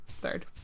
Third